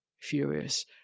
furious